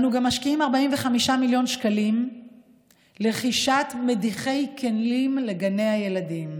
אנו גם משקיעים 45 מיליון שקלים ברכישת מדיחי כלים לגני הילדים.